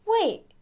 Wait